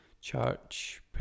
church